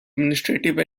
administrative